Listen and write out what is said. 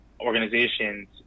organizations